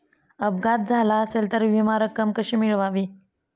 अपघात झाला असेल तर विमा रक्कम कशी मिळवावी?